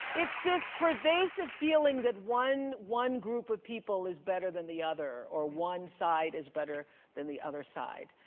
it's this pervasive feeling that one one group of people is better than the other or one side is better than the other side.